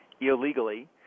illegally